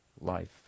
life